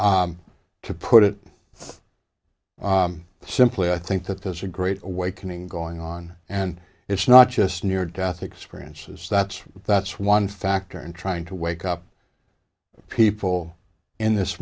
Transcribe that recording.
and to put it simply i think that there's a great awakening going on and it's not just near death experiences that's that's one factor in trying to wake up people in this